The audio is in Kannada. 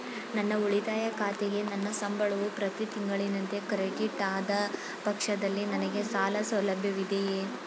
ನನ್ನ ಉಳಿತಾಯ ಖಾತೆಗೆ ನನ್ನ ಸಂಬಳವು ಪ್ರತಿ ತಿಂಗಳಿನಂತೆ ಕ್ರೆಡಿಟ್ ಆದ ಪಕ್ಷದಲ್ಲಿ ನನಗೆ ಸಾಲ ಸೌಲಭ್ಯವಿದೆಯೇ?